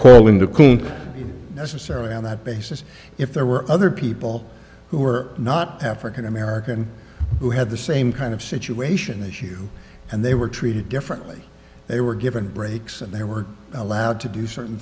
quelling to call necessarily on that basis if there were other people who were not african american who had the same kind of situation as you and they were treated differently they were given breaks and they were allowed to do certain